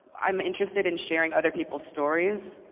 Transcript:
i'm interested in sharing other people's stories